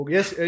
Yes